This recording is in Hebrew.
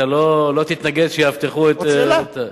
אתה לא תתנגד שיאבטחו את,